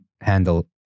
handle